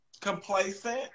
Complacent